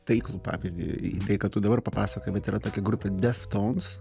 taiklų pavyzdį ką tu dabar papasakojai bet yra tokia grupė deftones